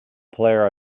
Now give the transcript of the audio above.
player